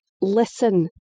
listen